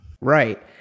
Right